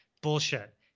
bullshit